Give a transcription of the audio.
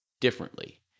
differently